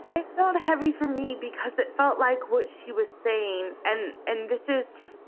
it felt heavy for me because it felt like what she was saying. and and this is